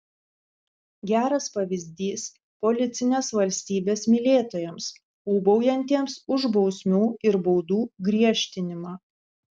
geras pavyzdys policinės valstybės mylėtojams ūbaujantiems už bausmių ir baudų griežtinimą